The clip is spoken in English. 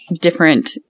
different